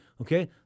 okay